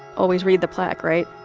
always read the plaque, right?